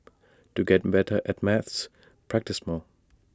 to get better at maths practise more